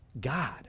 God